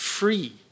free